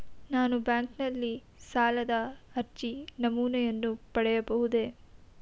ನಾನು ಬ್ಯಾಂಕಿನಲ್ಲಿ ಸಾಲದ ಅರ್ಜಿ ನಮೂನೆಯನ್ನು ಪಡೆಯಬಹುದೇ?